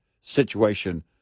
situation